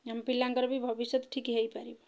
ଆମ ପିଲାଙ୍କର ବି ଭବିଷ୍ୟତ ଠିକ୍ ହେଇପାରିବ